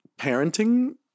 parenting